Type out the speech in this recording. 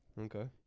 Okay